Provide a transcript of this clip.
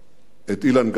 את אילן גרפל.